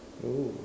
oo